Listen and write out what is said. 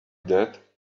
that